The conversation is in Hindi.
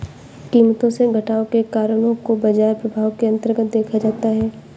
कीमतों में घटाव के कारणों को बाजार प्रभाव के अन्तर्गत देखा जाता है